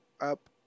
up